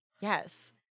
Yes